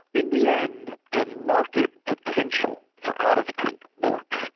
in the end, the market potential for out of print books,